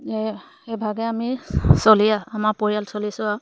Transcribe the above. সেইভাগে আমি চলি আমাৰ পৰিয়াল চলিছোঁ আৰু